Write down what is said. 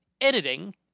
editing